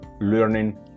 learning